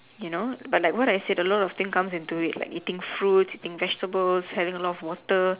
you know but like what I say a lot of things come into it like eating fruits eating vegetables having a lot of water